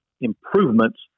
improvements